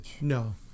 No